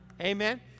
Amen